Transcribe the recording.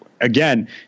again